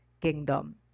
Kingdom